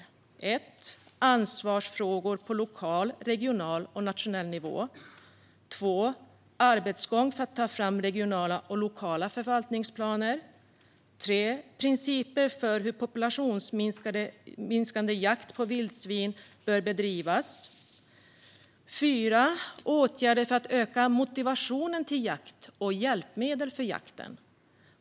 För det första ansvarsfrågor på lokal, regional och nationell nivå. För det andra arbetsgång för att ta fram regionala och lokala förvaltningsplaner. För det tredje principer för hur populationsminskande jakt på vildsvin bör bedrivas. För det fjärde åtgärder för att öka motivationen till jakt och hjälpmedel för jakten.